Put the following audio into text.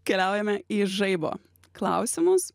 keliaujame į žaibo klausimus